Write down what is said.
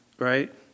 Right